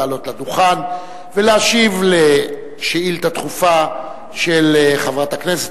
לעלות לדוכן ולהשיב על שאילתא דחופה של חברת הכנסת